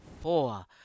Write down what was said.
Four